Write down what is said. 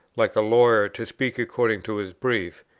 like a lawyer, to speak according to his brief,